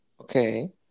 Okay